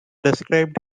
described